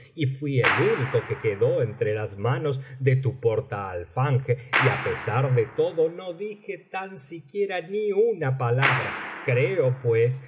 y fui el único que quedó entre las manos de tu portaalfanje y á pesar de todo no dije tan siquiera ni una palabra creo pues